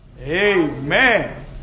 Amen